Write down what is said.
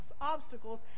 obstacles